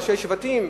ראשי שבטים.